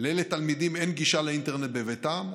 לאילו תלמידים אין גישה לאינטרנט בביתם,